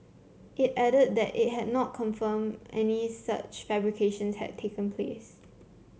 it added that it had not confirmed any such fabrications had taken place